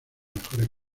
mejores